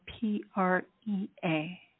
P-R-E-A